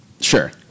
Sure